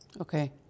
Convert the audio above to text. Okay